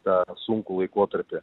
tą sunkų laikotarpį